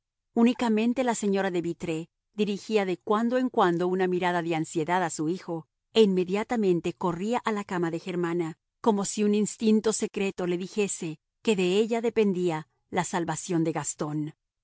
unicamente la señora de vitré dirigía de cuando en cuando una mirada de ansiedad a su hijo e inmediatamente corría a la cama de germana como si un instinto secreto le dijese que de ella dependía la salvación de gastón